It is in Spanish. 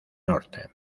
norte